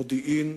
מודיעין,